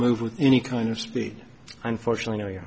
move with any kind of speed unfortunately